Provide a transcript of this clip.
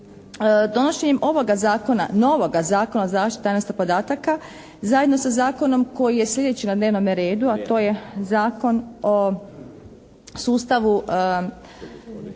donošenjem ovoga zakona, novoga Zakona o zaštiti tajnosti podataka zajedno sa zakonom koji je sljedeći na dnevnome redu, a to je Zakon o sustavu